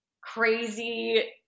crazy